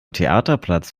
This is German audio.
theaterplatz